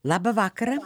labą vakarą